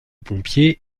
pompiers